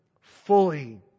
fully